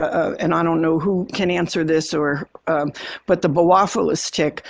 ah and i don't know who can answer this or but the boophilus tick,